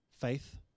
faith